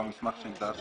גמ"ח שלא מינה מנהל כללי,